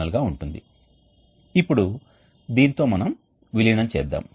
మరియు gas stream pass అయినప్పుడు త్రిభుజాకార మార్గాలు చాలా ఇరుకైనవిగా ఉంటాయి